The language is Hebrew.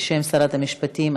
בשם שרת המשפטים,